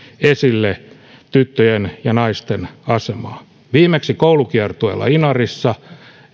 esille tyttöjen ja naisten asemaa viimeksi koulukiertueella inarissa